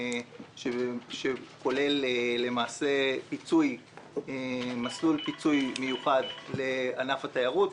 שכוללת למעשה מסלול פיצוי מיוחד לענף התיירות,